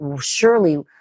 surely